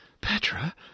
Petra